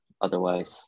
otherwise